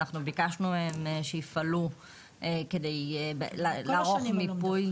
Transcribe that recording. ואנחנו ביקשנו מהם שיפעלו כדי לערוך מיפוי